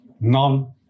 none